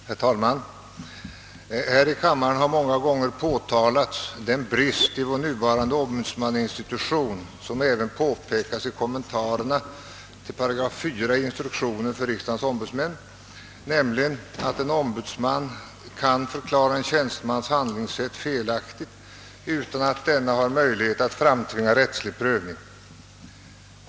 Herr talman! Här i kammaren har många gånger påtalats den brist i vår nuvarande ombudsmannainstitution som även påpekas i kommentarerna till 4 8 i instruktionen för riksdagens ombudsmän, nämligen att en ombudsman kan förklara en tjänstemans handlingssätt felaktigt utan att denne har möjlighet att framtvinga rättslig prövning.